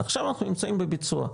עכשיו אנחנו נמצאים בביצוע,